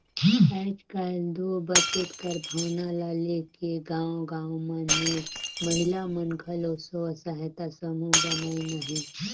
आएज काएल दो बचेत कर भावना ल लेके गाँव गाँव मन में महिला मन घलो स्व सहायता समूह बनाइन अहें